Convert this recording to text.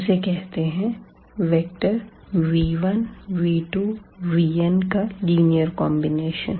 इसे कहते है वेक्टर v1v2vn का लिनीअर कॉम्बिनेशन